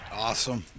Awesome